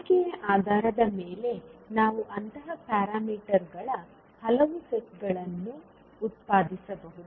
ಆಯ್ಕೆಯ ಆಧಾರದ ಮೇಲೆ ನಾವು ಅಂತಹ ಪ್ಯಾರಾಮೀಟರ್ಗಳ ಹಲವು ಸೆಟ್ಗಳನ್ನು ಉತ್ಪಾದಿಸಬಹುದು